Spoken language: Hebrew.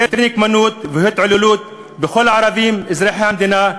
יותר נקמנות והתעללות בכל הערבים אזרחי המדינה,